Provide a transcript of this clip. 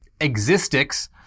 Existics